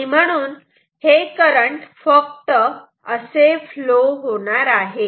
आणि म्हणून हे करंट फक्त असे फ्लो होणार आहे